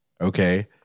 okay